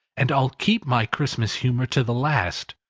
and i'll keep my christmas humour to the last.